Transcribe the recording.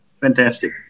Fantastic